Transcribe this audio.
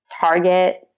target